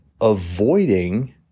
avoiding